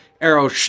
arrow